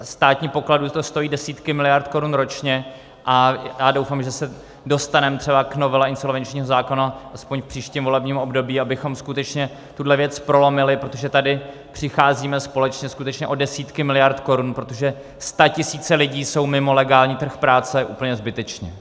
Státní pokladnu to stojí desítky miliard korun ročně a já doufám, že se dostaneme třeba k novele insolvenčního zákona aspoň v příštím volebním období, abychom skutečně tuhle věc prolomili, protože tady přicházíme společně skutečně o desítky miliard korun, protože statisíce lidí jsou mimo legální trh práce úplně zbytečně.